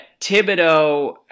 Thibodeau